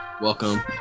Welcome